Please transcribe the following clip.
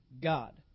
God